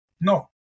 no